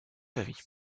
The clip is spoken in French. confrérie